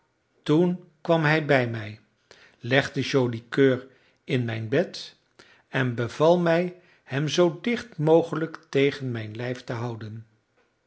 toen kwam hij bij mij legde joli coeur in mijn bed en beval mij hem zoo dicht mogelijk tegen mijn lijf te houden